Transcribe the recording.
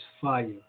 fire